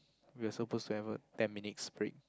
we are supposed to have a ten minutes break